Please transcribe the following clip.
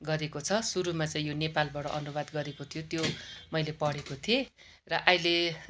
गरेको छ सुरुमा चाहिँ यो नेपालबाट अनुवाद गरेको थियो त्यो मैले पढेको थिएँ र अहिले